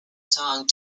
song